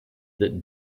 that